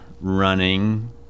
running